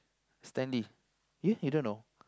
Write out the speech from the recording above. Stanley eh you don't know